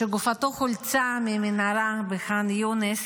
שגופתו חולצה ממנהרה בח'אן יונס.